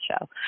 show